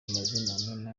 amazina